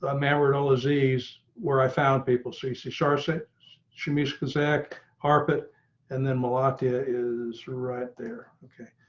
ah marinol disease where i found people c c sharp say she musical zach carpet and then milan yeah is right there. okay,